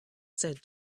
said